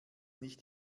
nicht